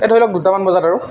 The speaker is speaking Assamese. এই ধৰি লওক দুটামান বজাত আৰু